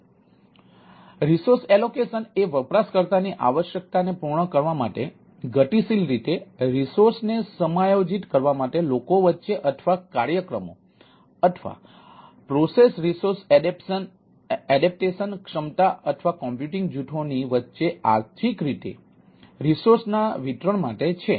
તેથી resource allocation ની વચ્ચે આર્થિક રીતે રિસોર્સ ના વિતરણ માટે છે